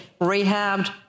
rehabbed